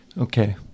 Okay